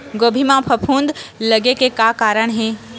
गोभी म फफूंद लगे के का कारण हे?